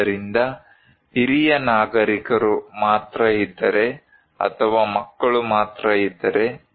ಆದ್ದರಿಂದ ಹಿರಿಯ ನಾಗರಿಕರು ಮಾತ್ರ ಇದ್ದರೆ ಅಥವಾ ಮಕ್ಕಳು ಮಾತ್ರ ಇದ್ದರೆ